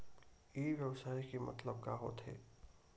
ई व्यवसाय के मतलब का होथे?